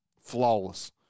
flawless